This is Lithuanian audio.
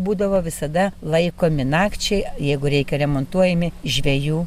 būdavo visada laikomi nakčiai jeigu reikia remontuojami žvejų